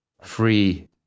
free